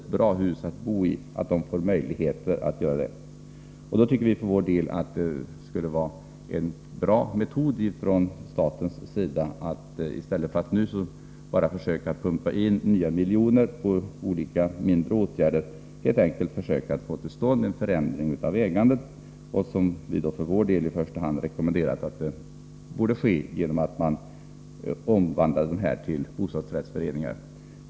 Ett sätt är att se till att de boende verkligen har ett starkt eget intresse av att det blir ett bra område och ett bra hus att bo i. I stället för att som nu bara pumpa in nya miljoner genom olika mindre åtgärder vore det en bra metod om staten försökte få till stånd en förändring av ägandet. Vi rekommenderar att det i första hand skall ske genom en omvandling till bostadsrättsföreningar.